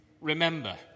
remember